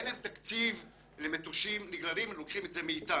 אין להם תקציב והם לוקחים את זה מאתנו.